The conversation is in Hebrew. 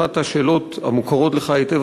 אחת השאלות המוכרות לך היטב,